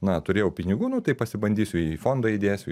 na turėjau pinigų nu tai pasibandysiu į fondą įdėsiu